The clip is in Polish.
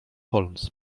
holmes